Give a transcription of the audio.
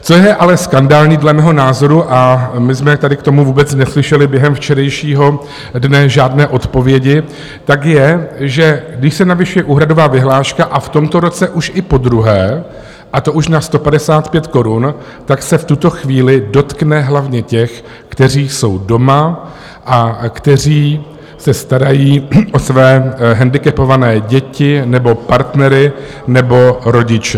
Co je ale skandální dle mého názoru, a my jsme tady k tomu vůbec neslyšeli během včerejšího dne žádné odpovědi, je, že když se navyšuje úhradová vyhláška, a v tomto roce už i podruhé, a to už na 155 korun, tak se v tuto chvíli dotkne hlavně těch, kteří jsou doma a kteří se starají o své handicapované děti nebo partnery nebo rodiče.